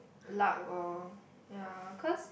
luck lor ya cause